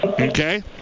Okay